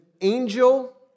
angel